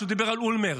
כשהוא דיבר על אולמרט,